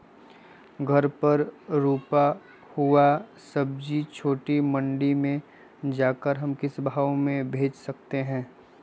घर पर रूपा हुआ सब्जी छोटे मंडी में जाकर हम किस भाव में भेज सकते हैं?